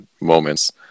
moments